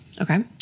Okay